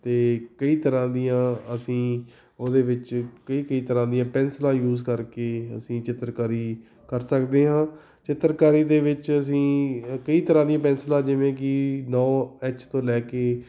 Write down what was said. ਅਤੇ ਕਈ ਤਰ੍ਹਾਂ ਦੀਆਂ ਅਸੀਂ ਉਹਦੇ ਵਿੱਚ ਕਈ ਕਈ ਤਰ੍ਹਾਂ ਦੀਆਂ ਪੈਨਸਲਾਂ ਯੂਜ਼ ਕਰਕੇ ਅਸੀਂ ਚਿੱਤਰਕਾਰੀ ਕਰ ਸਕਦੇ ਹਾਂ ਚਿੱਤਰਕਾਰੀ ਦੇ ਵਿੱਚ ਅਸੀਂ ਕਈ ਤਰ੍ਹਾਂ ਦੀਆਂ ਪੈਨਸਲਾਂ ਜਿਵੇਂ ਕਿ ਨੌ ਐਚ ਤੋਂ ਲੈ ਕੇ